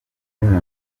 rimwe